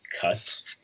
cuts